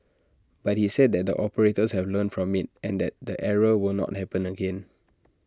but he said that the operators have learnt from IT and that the error will not happen again